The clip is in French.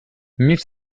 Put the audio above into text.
mille